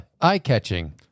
eye-catching